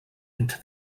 into